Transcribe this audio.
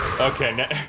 okay